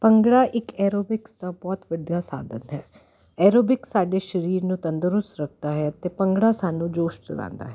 ਭੰਗੜਾ ਇੱਕ ਐਰੋਬਿਕਸ ਦਾ ਬਹੁਤ ਵਧੀਆ ਸਾਧਨ ਹੈ ਐਰੋਬਿਕਸ ਸਾਡੇ ਸਰੀਰ ਨੂੰ ਤੰਦਰੁਸਤ ਰੱਖਦਾ ਹੈ ਅਤੇ ਭੰਗੜਾ ਸਾਨੂੰ ਜੋਸ਼ ਚੜ੍ਹਾਉਂਦਾ ਹੈ